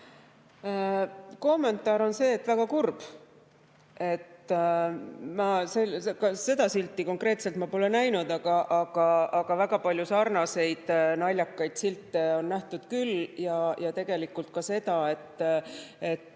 Kommentaar on see, et väga kurb. Ma seda silti konkreetselt pole näinud, aga väga palju sarnaseid naljakaid silte on nähtud küll. Ka Tallinna kesklinnas